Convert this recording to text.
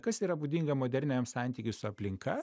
kas yra būdinga moderniajam santykiui su aplinka